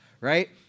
Right